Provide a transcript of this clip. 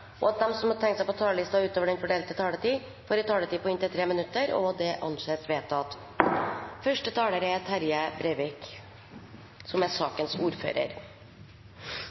og at de som måtte tegne seg på talerlisten utover den fordelte taletid, får en taletid på inntil 3 minutter. – Det anses vedtatt. Eg vil begynna med å takka komiteen for arbeidet som er